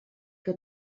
que